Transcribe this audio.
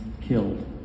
killed